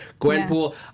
Gwenpool